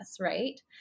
right